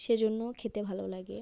সেজন্যও খেতে ভালো লাগে